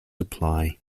apply